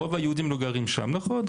נכון,